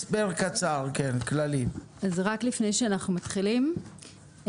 רק לפני שאנחנו מתחילים,